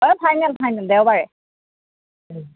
এ final final দেওবাৰে